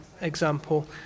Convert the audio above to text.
example